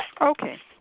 Okay